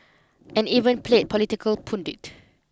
and even played political pundit